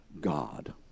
God